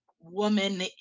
woman